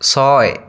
ছয়